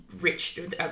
rich